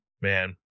man